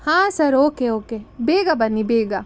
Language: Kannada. ಹಾಂ ಸರ್ ಓಕೆ ಓಕೆ ಬೇಗ ಬನ್ನಿ ಬೇಗ